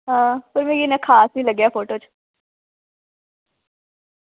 हां पर मिगी इन्ना खास निं लग्गेआ ऐ फोटो च